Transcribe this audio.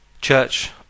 Church